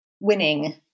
winning